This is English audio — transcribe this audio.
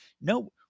no